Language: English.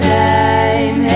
time